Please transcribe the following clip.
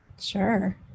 Sure